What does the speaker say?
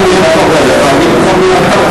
תגיד לי מי החברים שלך ואומר לך מי אתה.